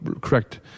correct